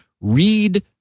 read